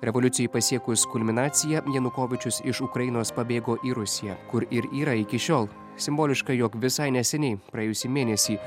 revoliucijai pasiekus kulminaciją janukovyčius iš ukrainos pabėgo į rusiją kur ir yra iki šiol simboliška jog visai neseniai praėjusį mėnesį